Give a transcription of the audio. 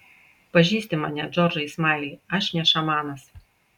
pažįsti mane džordžai smaili aš ne šamanas